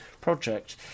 project